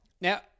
Now